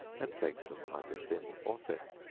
and bake them either thin or thick.